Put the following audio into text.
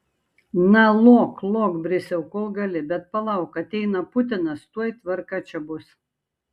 na lok lok brisiau kol gali bet palauk ateina putinas tuoj tvarka čia bus